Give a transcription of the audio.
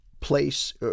place